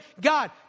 God